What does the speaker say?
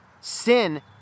sin